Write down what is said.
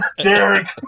Derek